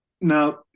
Now